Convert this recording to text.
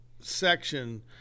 section